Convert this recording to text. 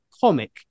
comic